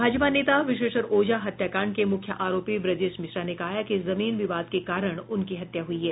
भाजपा नेता विशेश्वर ओझा हत्याकांड के मुख्य आरोपी ब्रजेश मिश्रा ने कहा है कि जमीन विवाद के कारण उनकी हत्या हुई है